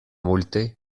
multe